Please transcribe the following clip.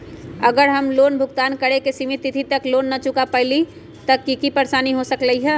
अगर हम लोन भुगतान करे के सिमित तिथि तक लोन न चुका पईली त की की परेशानी हो सकलई ह?